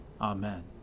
Amen